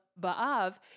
Ba'av